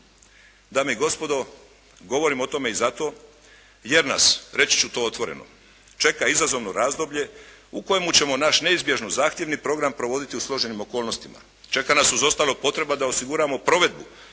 Dame i gospodo, govorim o tome i zato jer nas, reći ću to otvoreno, čeka izazovno razdoblje u kojemu ćemo naš neizbježno zahtjevni program provoditi u složenim okolnostima. Čeka nas uz ostalo potreba da osiguramo provedbu